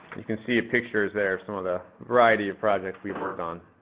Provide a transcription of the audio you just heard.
you can see a picture there some of the variety of projects we've worked on.